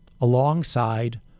Alongside